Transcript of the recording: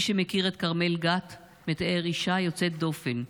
מי שמכיר את כרמל גת מתאר אישה יוצאת דופן,